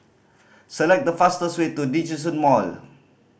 select the fastest way to Djitsun Mall